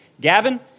Gavin